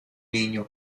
niño